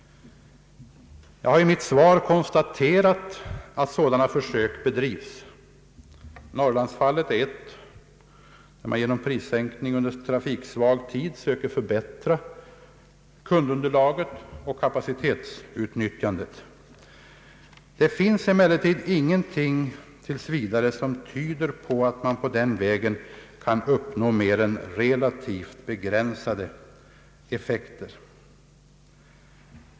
Jag har i mitt svar framhållit att sådana försök bedrivs. Norrlandsfallet är ett exempel på att man genom prissänkning under trafiksvag tid söker förbättra kundunderlaget och kapacitetsutnyttjandet. Det finns emellertids tills vidare ingenting som antyder att man på den vägen kan uppnå mer än relativt begränsade effekter.